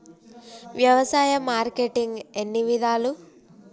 వ్యవసాయ మార్కెటింగ్ ఎన్ని విధాలు?